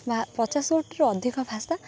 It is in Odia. ବା ପଚାଶ ଗୋଟିରୁ ଅଧିକ ଭାଷା